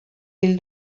hil